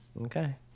Okay